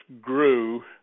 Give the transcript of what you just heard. grew